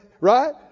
Right